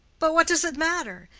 but what does it matter?